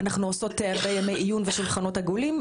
אנחנו עושות הרבה ימי עיון ושולחנות עגולים,